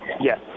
Yes